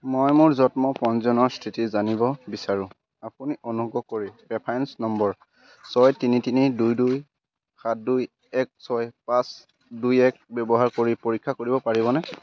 মই মোৰ জন্ম পঞ্জীয়নৰ স্থিতি জানিব বিচাৰোঁ আপুনি অনুগ্ৰহ কৰি ৰেফাৰেঞ্চ নম্বৰ ছয় তিনি তিনি দুই দুই সাত দুই এক ছয় পাঁচ দুই এক ব্যৱহাৰ কৰি পৰীক্ষা কৰিব পাৰিবনে